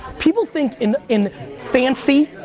people think in in fancy,